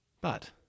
But